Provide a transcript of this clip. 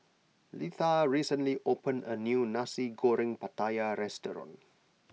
Litha recently opened a new Nasi Goreng Pattaya restaurant